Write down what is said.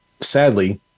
sadly